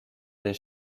des